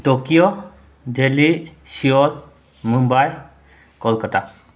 Tokyo Delhi Seoul Mumbai Kolkata